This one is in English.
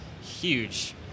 huge